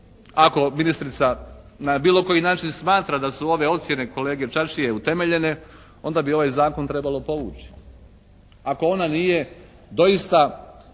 Ako ministrica na bilo koji način smatra da su ove ocjene kolege Čačije utemeljene onda bi ovaj zakon trebalo povući. Ako ona nije doista